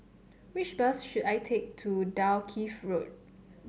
which bus should I take to Dalkeith Road